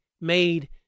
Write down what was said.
made